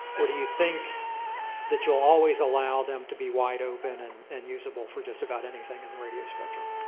or do you think that you will always allow them to be wide open and and usable for just about anything in the radio spectrum?